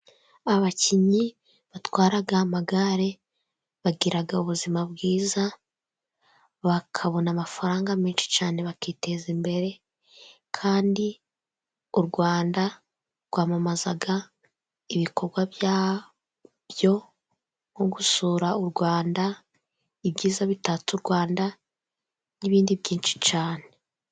Abakinnyi batwara amagare, bagira ubuzima bwiza, bakabona amafaranga menshi cyane, bakiteza imbere, kandi u Rwanda rwamamaza ibikorwa byarwo, nko gusura u Rwanda, ibyiza bitatse u Rwanda, n'ibindi byinshi cyane.